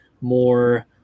more